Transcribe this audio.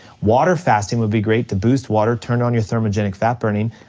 water fasting would be great to boost water, turn on your thermogenetic fat burning,